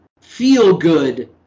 feel-good